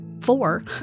four